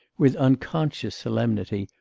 with unconscious solemnity,